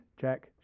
Check